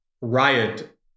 Riot